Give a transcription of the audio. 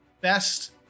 Best